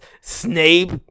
Snape